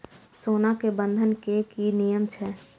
सोना के बंधन के कि नियम छै?